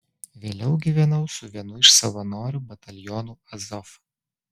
vėliau gyvenau su vienu iš savanorių batalionų azov